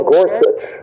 Gorsuch